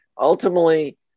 ultimately